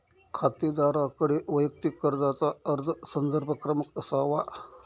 खातेदाराकडे वैयक्तिक कर्जाचा अर्ज संदर्भ क्रमांक असावा